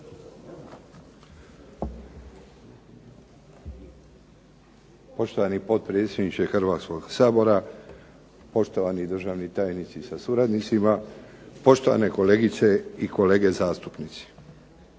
Poštovani potpredsjedniče Hrvatskog sabora, poštovani državni tajnici sa suradnicima, poštovane kolegice i kolege zastupnici.